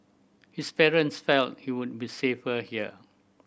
his parents felt he would be safer here